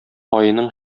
аеның